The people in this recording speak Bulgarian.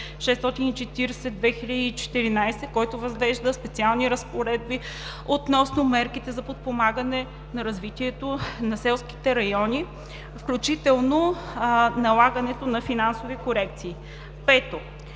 640/2014, който въвежда специални разпоредби относно мерките за подпомагане на развитието на селските райони, включително налагането на финансови корекции. 5.